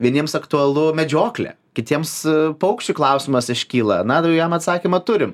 vieniems aktualu medžioklė kitiems paukščių klausimas iškyla na ar jam atsakymą turim